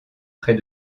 près